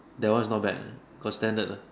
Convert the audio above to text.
that one is not bad got standard lah